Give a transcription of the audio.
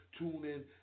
TuneIn